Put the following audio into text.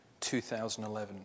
2011